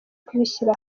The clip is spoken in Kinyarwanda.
kubishyira